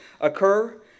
occur